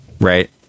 right